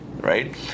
right